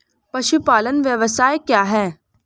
पशुपालन व्यवसाय क्या है?